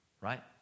right